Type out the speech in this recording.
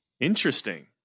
interesting